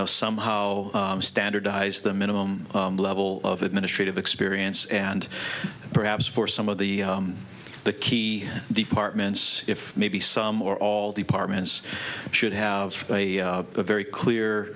know somehow standardized the minimum level of administrative experience and perhaps for some of the the key departments if maybe some or all departments should have a very clear